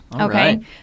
Okay